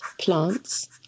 plants